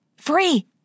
Free